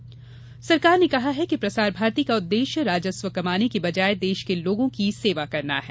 प्रसार भारती सरकार ने कहा है कि प्रसार भारती का उद्देश्य राजस्व कमाने की बजाय देश के लोगों की सेवा करना है